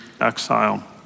exile